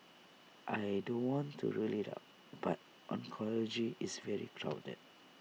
I don't want to rule IT out but oncology is very crowded